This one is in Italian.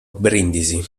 brindisi